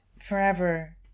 Forever